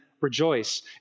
rejoice